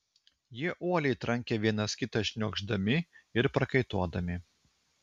jie uoliai trankė vienas kitą šniokšdami ir prakaituodami